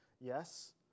Yes